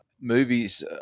movies